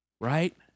right